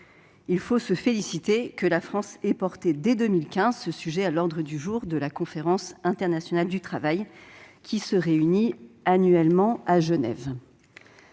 Il faut se féliciter que la France ait porté, dès 2015, cette question à l'ordre du jour de la Conférence internationale du travail qui se réunit tous les ans à Genève.